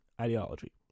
ideology